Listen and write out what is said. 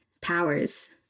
powers